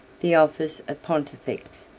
the office of pontifex,